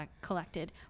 collected